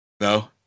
No